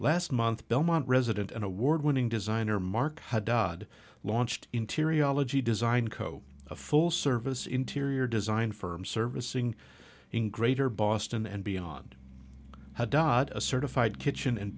last month belmont resident and award winning designer marc dodd launched interior ology design co a full service interior design firm servicing in greater boston and beyond had dogs a certified kitchen and